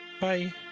Bye